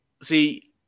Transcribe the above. See